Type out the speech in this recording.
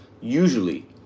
usually